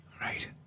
right